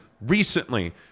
recently